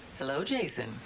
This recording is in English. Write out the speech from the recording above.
hello, jason.